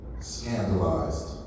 scandalized